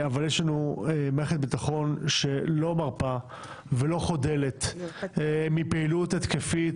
אבל יש לנו מערכת ביטחון שלא מרפה ולא חדלה מפעילות התקפית